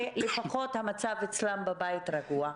שידעו לפחות שהמצב אצלם בבית רגוע.